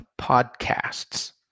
podcasts